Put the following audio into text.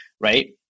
right